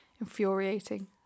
Infuriating